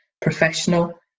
professional